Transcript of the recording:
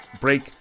break